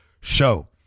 show